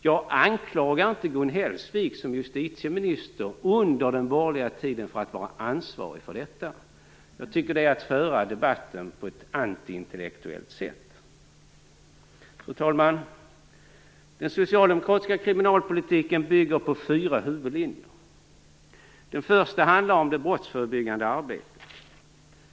Jag anklagar inte Gun Hellsvik som justitieminister under den borgerliga tiden för att vara ansvarig för detta. Jag tycker att det är att föra debatten på ett antiintellektuellt sätt. Fru talman! Den socialdemokratiska kriminalpolitiken bygger på fyra huvudlinjer. Den första handlar om det brottsförebyggande arbetet.